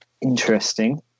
interesting